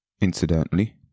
Incidentally